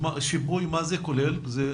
מה כולל השיפוי?